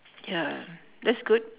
ya that's good